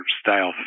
style